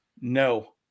No